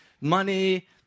money